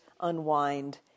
unwind